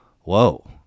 Whoa